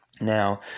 Now